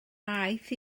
aeth